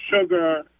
sugar